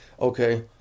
Okay